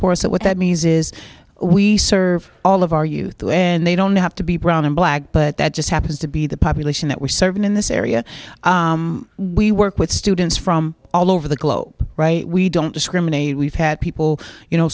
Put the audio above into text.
so what that means is we serve all of our youth and they don't have to be brown and black but that just happens to be the population that we're serving in this area we work with students from all over the globe right we don't discriminate we've had people you know